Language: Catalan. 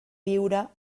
viure